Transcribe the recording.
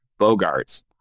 bogarts